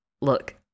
look